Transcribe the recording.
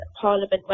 Parliament